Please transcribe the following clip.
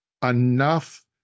enough